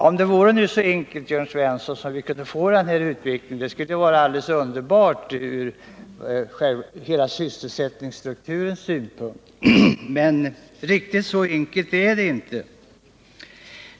Om det nu var så enkelt, Jörn Svensson, att vi kunde få en sådan utveckling skulle det vara alldeles underbart med tanke på sysselsättningsstrukturen, Men riktigt så enkelt är det inte.